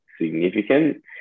significant